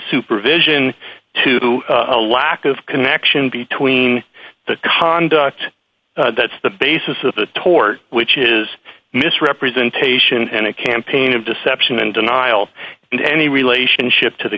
supervision to a lack of connection between the conduct that's the basis of a tort which is misrepresentation and a campaign of deception and denial in any relationship to the